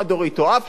או אב חד-הורי